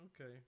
Okay